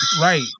Right